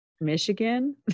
Michigan